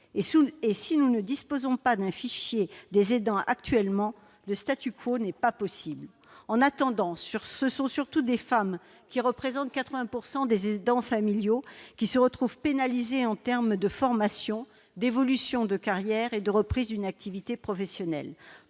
et, si nous ne disposons pas actuellement d'un fichier des aidants, le n'est pas possible. En attendant, ce sont surtout des femmes- elles représentent 80 % des aidants familiaux -qui se retrouvent pénalisées en termes de formation, d'évolution de carrière et de reprise d'une activité professionnelle.